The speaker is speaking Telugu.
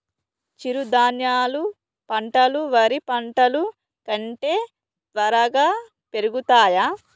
చిరుధాన్యాలు పంటలు వరి పంటలు కంటే త్వరగా పెరుగుతయా?